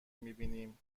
میبینم